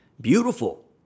Beautiful